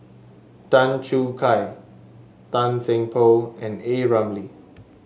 Tan Choo Kai Tan Seng Poh and A Ramli